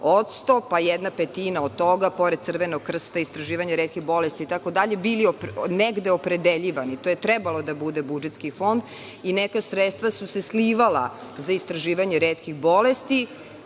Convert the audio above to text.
40%, pa jedna petina od toga, pored Crvenog krsta, istraživanje retke bolesti itd, bili negde opredeljivani. To je trebalo da bude budžetski fond i neka sredstva su se slivala za istraživanje retkih bolesti.